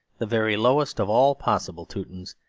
the very lowest of all possible teutons,